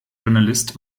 journalist